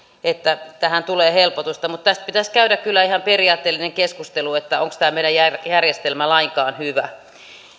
että tähän tulee helpotusta mutta tästä pitäisi käydä kyllä ihan periaatteellinen keskustelu että onko tämä meidän järjestelmämme lainkaan hyvä